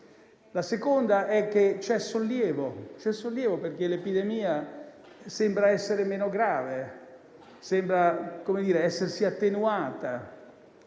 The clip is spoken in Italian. ragione è che c'è sollievo, perché l'epidemia sembra essere meno grave, sembra essersi attenuata.